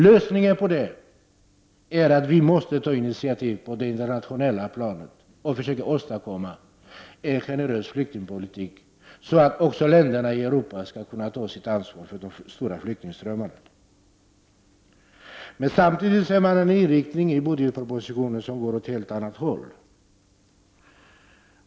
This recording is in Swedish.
Lösningen på det är att ta initiativ på det internationella planet och försöka åstadkomma en generös flyktingpolitik så att också de andra länderna i Europa skall kunna ta sitt ansvar för de stora flyktingströmmarna. Samtidigt ser man en inriktning i budgetpropositionen som går åt ett helt annat håll.